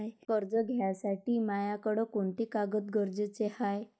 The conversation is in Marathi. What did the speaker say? कर्ज घ्यासाठी मायाकडं कोंते कागद गरजेचे हाय?